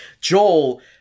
joel